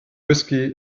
whisky